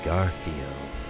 Garfield